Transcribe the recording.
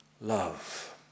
love